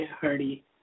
Hardy